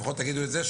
לפחות תגידו את זה,